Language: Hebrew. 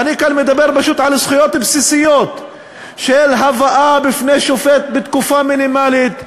ואני כאן מדבר על זכויות בסיסיות של הבאה בפני שופט בתקופה מינימלית,